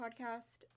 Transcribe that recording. podcast